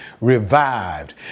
revived